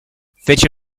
fece